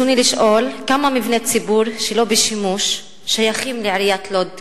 רצוני לשאול: 1. כמה מבני ציבור שלא בשימוש שייכים לעיריית לוד כיום?